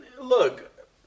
look